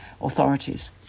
authorities